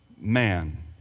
man